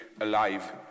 Alive